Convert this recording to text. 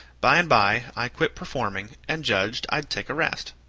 by and by i quit performing, and judged i'd take a rest.